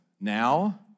now